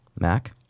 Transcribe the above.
Mac